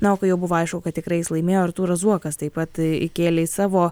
na o kai jau buvo aišku kad tikrai jis laimėjo artūras zuokas taip pat įkėlė į savo